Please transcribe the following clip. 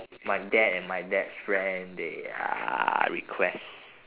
my dad and my dad's friend they uh request